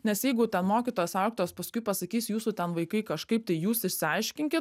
nes jeigu ten mokytojas auklėtojas paskui pasakys jūsų ten vaikai kažkaip tai jūs išsiaiškinkit